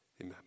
amen